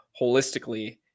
holistically